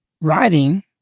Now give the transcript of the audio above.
writing